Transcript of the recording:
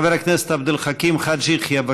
חבר הכנסת עבד אל חכים חאג' יחיא,